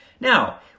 Now